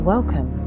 Welcome